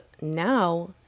now